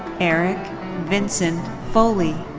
eric vincent foley.